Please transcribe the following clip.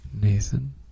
Nathan